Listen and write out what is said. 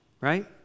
right